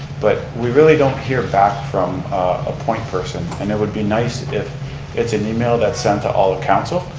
but we really don't hear back from a point person and it would be nice if it's an email that's sent to all council,